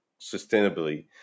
sustainably